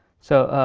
so,